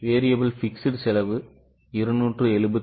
2 variable fixed செலவு 275